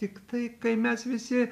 tiktai kai mes visi